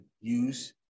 use